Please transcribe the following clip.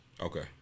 Okay